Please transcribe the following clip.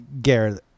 Garrett